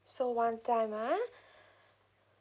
so one time ah